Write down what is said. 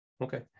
Okay